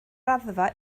raddfa